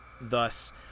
Thus